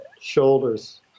shoulders